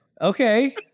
Okay